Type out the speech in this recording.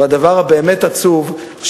והדבר העצוב באמת,